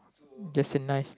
just a nice